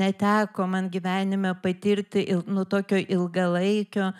neteko man gyvenime patirti il nu tokio ilgalaikio